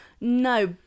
No